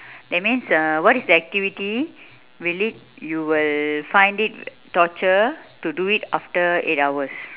that means uh what is the activity will lead you will find it uh torture to do it after eight hours